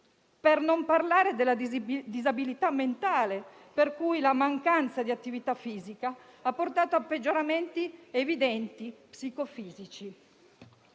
Per non parlare della disabilità mentale, per cui la mancanza di attività fisica ha portato a peggioramenti psicofisici